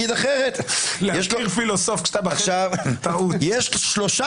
נגיד אחרת - יש שלושה